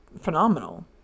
phenomenal